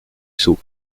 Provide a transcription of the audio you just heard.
sceaux